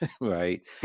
right